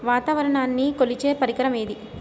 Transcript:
వాతావరణాన్ని కొలిచే పరికరం ఏది?